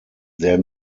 sehr